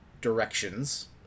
directions